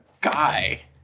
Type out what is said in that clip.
Guy